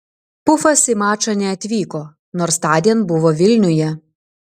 pufas į mačą neatvyko nors tądien buvo vilniuje